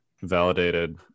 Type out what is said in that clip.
validated